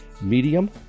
Medium